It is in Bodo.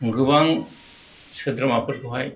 गोबां सोद्रोमाफोरखौहाय